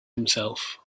himself